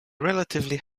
relatively